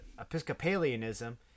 episcopalianism